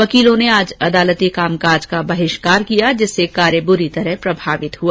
वकीलों ने आज अदालती कामकाज का बहिष्कार किया जिससे कार्य बुरी तरह प्रभावित हुआ